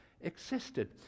existed